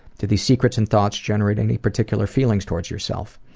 do these secrets and thoughts generate any particular feelings towards yourself?